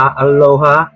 aloha